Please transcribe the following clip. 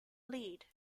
lead